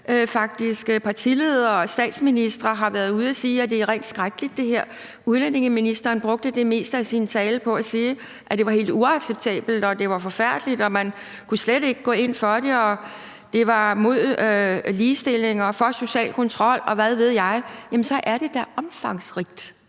partiledere og statsministre, har været ude at sige, at det her er rent skrækkeligt. Udlændingeministeren brugte det meste af sin tale på at sige, at det var helt uacceptabelt, at det var forfærdeligt, at man slet ikke kunne gå ind for det, at det var mod ligestilling og for social kontrol, og hvad ved jeg. Jamen så er det da omfangsrigt